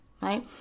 right